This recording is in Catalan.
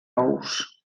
ous